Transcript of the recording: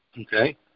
Okay